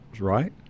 right